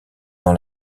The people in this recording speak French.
dans